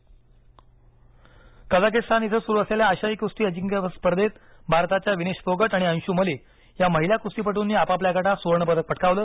कुस्ती स्पर्धा कझाखस्तान इथं सुरू असलेल्या आशियाई कुस्ती अजिंक्यपद स्पर्धेत भारताच्या विनेश फोगट आणि अंशू मलिक या महिला कुस्तीपटूंनी आपापल्या गटात सुवर्ण पदक पटकावलं